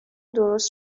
درست